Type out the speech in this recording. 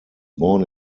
born